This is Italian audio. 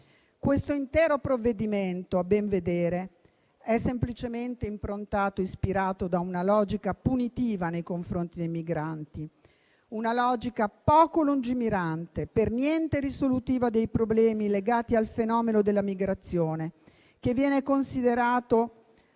Questo intero provvedimento, a ben vedere, è semplicemente ispirato da una logica punitiva nei confronti dei migranti, poco lungimirante e per niente risolutiva dei problemi legati al fenomeno della migrazione, che potrebbe essere